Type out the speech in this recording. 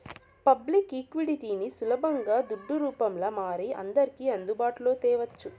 public ఈక్విటీని సులబంగా దుడ్డు రూపంల మారి అందర్కి అందుబాటులో తేవచ్చు